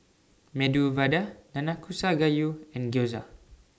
Medu Vada Nanakusa Gayu and Gyoza